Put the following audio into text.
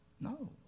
No